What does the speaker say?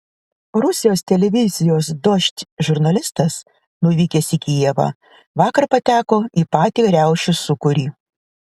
rusijos televizijos dožd žurnalistas nuvykęs į kijevą vakar pateko į patį riaušių sūkurį